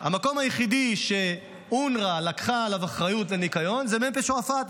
המקום היחידי שאונר"א לקחה עליו אחריות לניקיון זה מחנה הפליטים שועפאט,